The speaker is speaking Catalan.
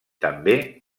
també